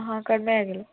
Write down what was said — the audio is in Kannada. ಹಾಂ ಕಡಿಮೆ ಆಗಿಲ್ಲ